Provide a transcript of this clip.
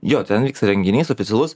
jo ten vyksta renginys oficialus